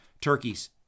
turkeys